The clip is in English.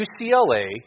UCLA